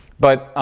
but